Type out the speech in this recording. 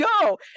go